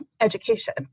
education